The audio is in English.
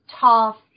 tough